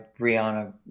Brianna